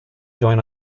join